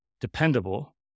dependable